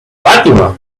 fatima